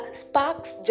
sparks